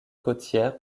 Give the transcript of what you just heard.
côtières